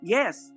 Yes